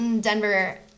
Denver